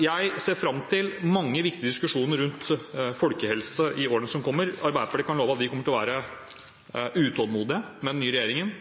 Jeg ser fram til mange viktige diskusjoner rundt folkehelse i årene som kommer. Arbeiderpartiet kan love at vi kommer til å være utålmodige med den nye regjeringen.